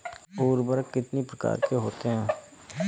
उर्वरक कितनी प्रकार के होते हैं?